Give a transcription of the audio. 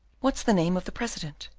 what's the name of the president?